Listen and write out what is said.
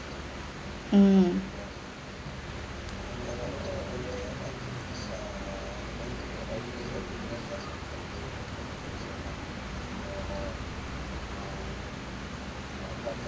mm